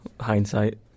hindsight